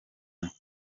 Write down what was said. mwanya